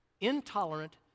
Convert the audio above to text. intolerant